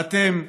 ואתם,